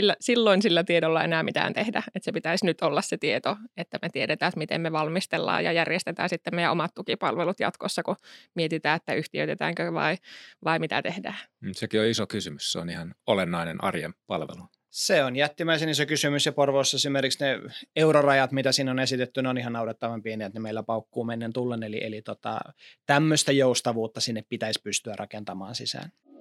Sillä- silloin sillä tiedolla enää mitään tehdä. Et se pitäisi nyt olla se tieto, että me tiedetään, että miten me valmistellaan ja järjestetään sitten meidän omat tukipalvelut jatkossa, kun mietitään, että yhtiöitetäänkö vai- vai mitä tehdään. Mm, sekin on iso kysymys. Se on ihan olennainen arjen palvelu. Se on jättimäisen iso kysymys ja Porvoossa esimerkiksi ne eurorajat, mitä siinä on esitetty, ne on ihan naurettavan pieniä, että ne meillä paukkuu mennen tullen. Eli- eli tota, tämmöistä joustavuutta sinne pitäisi pystyä rakentamaan sisään.